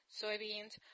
soybeans